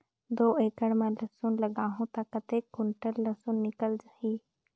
दो एकड़ मां लसुन लगाहूं ता कतेक कुंटल लसुन निकल ही?